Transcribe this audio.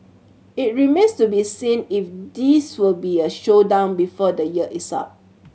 it remains to be seen if this will be a showdown before the year is up